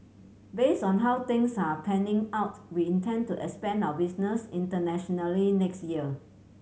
based on how things are panning out we intend to expand our business internationally next year